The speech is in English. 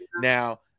now